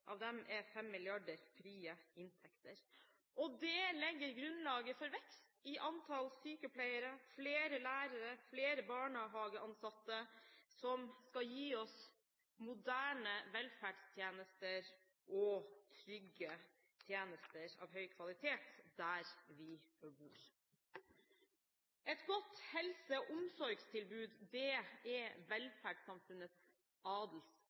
Av dem er 5 mrd. kr frie inntekter. Det legger grunnlaget for vekst i antall sykepleiere, flere lærere og flere barnehageansatte, noe som skal gi oss moderne velferdstjenester og trygge tjenester av høy kvalitet der vi bor. Et godt helse- og omsorgstilbud er